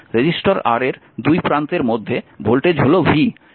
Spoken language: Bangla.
রেজিস্টার R এর দুই প্রান্তের মধ্যে ভোল্টেজ হল v